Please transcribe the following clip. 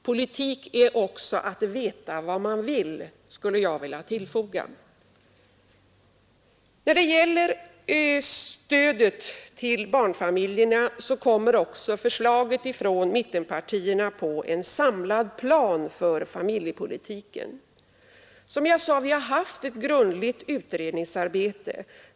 Politik är också att veta vad man vill, skulle jag vilja tillfoga. När det gäller stödet till barnfamiljerna kommer också förslaget ifrån mittenpartierna på en samlad plan för familjepolitiken. Vi har haft ett grundligt utredningsarbete.